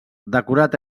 decorat